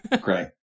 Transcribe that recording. Great